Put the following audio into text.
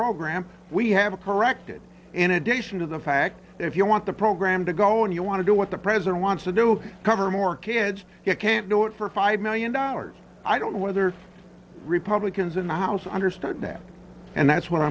program we have a perec that in addition to the fact if you want the program to go and you want to do what the president wants to do cover more kids you can't do it for five million dollars i don't know whether republicans in the house understood that and that's what